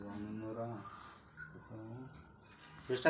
ಬೋರಿನಾಗ ಬಹಳ ನೇರು ಬರಾಕ ಎಷ್ಟು ಹಂತದ ಮೋಟಾರ್ ಇಳೆ ಬಿಡಬೇಕು ರಿ?